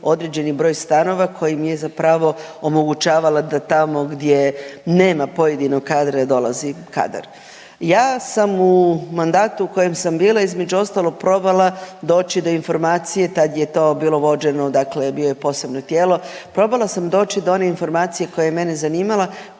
određeni broj stanova kojim je zapravo omogućavala da tamo gdje nema pojedinog kadra dolazi kadar. Ja sam u mandatu u kojem sam bila između ostalog probala doći do informacije tad je to bilo vođeno, dakle bilo je i posebno tijelo, probala sam doći do one informacije koja je mene zanimala